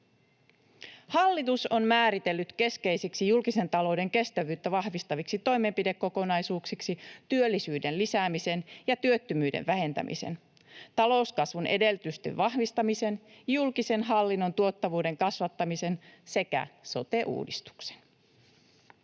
Hallitus on määritellyt keskeisiksi julkisen talouden kestävyyttä vahvistaviksi toimenpidekokonaisuuksiksi työllisyyden lisäämisen ja työttömyyden vähentämisen, talouskasvun edellytysten vahvistamisen, julkisen hallinnon tuottavuuden kasvattamisen sekä sote-uudistuksen.